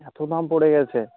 এত দাম পড়ে গেছে